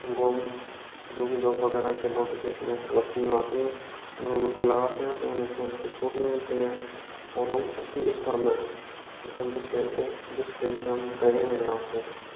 उनको जो भी जॉब वगैरह के नोटिफिकेशन लेकर भर्तियाँ आती उसमे उनको लगाते हैं तो उनमें उनको छूट मिलती है और हम उसी स्तर मे जिसमें खेलते हैं जिस खेल से हम करे हैं यहाँ से